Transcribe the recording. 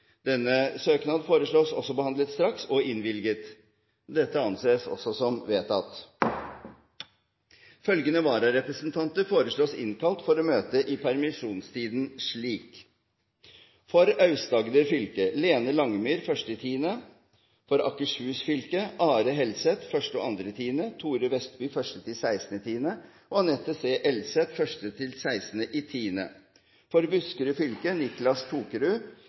Følgende vararepresentanter innkalles for å møte i permisjonstiden: For Aust-Agder fylke: Lene Langemyr 1. oktober For Akershus fylke: Are Helseth 1. og 2. oktober og Thore Vestby og Anette C. Elseth, begge 1.–16. oktober For Buskerud fylke: Niclas Tokerud,